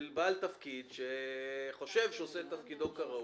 בעל תפקיד שחושב שעושה את תפקידו כראוי.